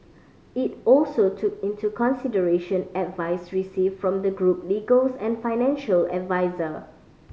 it also took into consideration advice received from the group legals and financial adviser